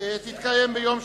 תתקיים ביום שלישי,